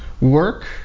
work